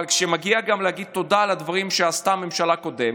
אבל כשמגיע להגיד תודה על הדברים שעשתה הממשלה הקודמת,